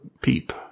peep